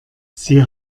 sie